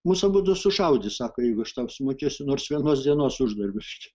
mus abudu sušaudys sako jeigu aš tau sumokėsiu nors vienos dienos uždarbį čia